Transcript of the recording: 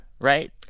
right